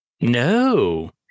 No